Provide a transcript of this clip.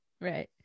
right